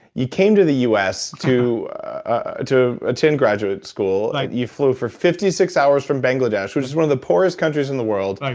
you came to the u s. to ah to attend graduate school right you flew for fifty six hours from bangladesh, which is one of the poorest countries in the world,